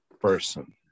person